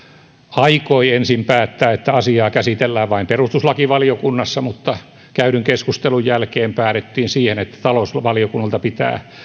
aikoi ensin päättää että asiaa käsitellään vain perustuslakivaliokunnassa mutta käydyn keskustelun jälkeen päädyttiin siihen että talousvaliokunnalta pitää